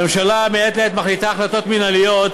הממשלה מחליטה מעת לעת החלטות מינהליות